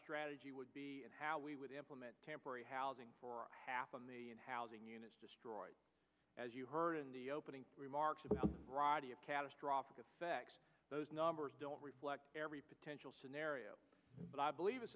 strategy would be and how we would implement temporary housing for half of the housing units destroyed as you heard in the opening remarks about the variety of catastrophic effects those numbers don't reflect every potential scenario but i believe it's